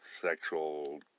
sexual